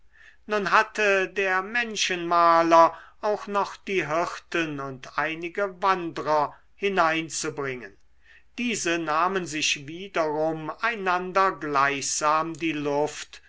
nun hatte der menschenmaler auch noch die hirten und einige wandrer hineinzubringen diese nahmen sich wiederum einander gleichsam die luft